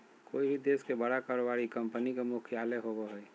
कोय भी देश के बड़ा कारोबारी कंपनी के मुख्यालय होबो हइ